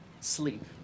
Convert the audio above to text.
sleep